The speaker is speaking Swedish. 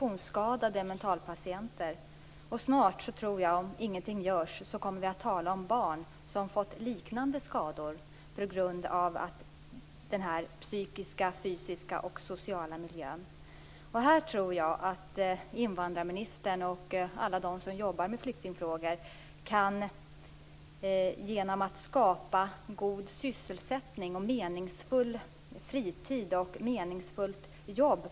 Asylsökande barn skall dock enligt grundskoleförordningen tas emot i grundskolan i den kommun där de vistas. Detta skall ske så snart skolgång är lämplig för dem med hänsyn till deras personliga förhållanden. Omfattningen av undervisningen kan dock vara mindre än den som gäller för i Sverige bosatta barn.